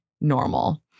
normal